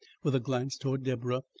with a glance towards deborah,